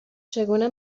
چگونه